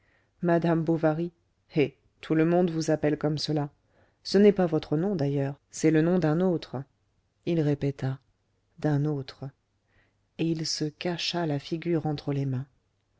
madame bovary eh tout le monde vous appelle comme cela ce n'est pas votre nom d'ailleurs c'est le nom d'un autre il répéta d'un autre et il se cacha la figure entre les mains